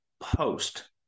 post